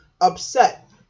upset